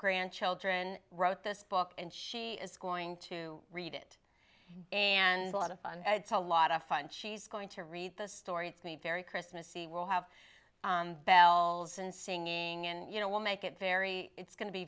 grandchildren wrote this book and she is going to read it and a lot of fun and it's a lot of fun she's going to read the story to me very christmassy will have bells and singing and you know will make it very it's going to be